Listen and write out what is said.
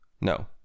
No